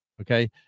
Okay